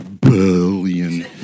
billion